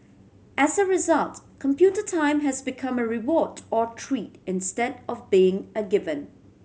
as a result computer time has become a reward or treat instead of being a given